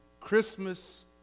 Christmas